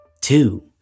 Two